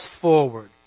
forward